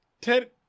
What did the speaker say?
Ted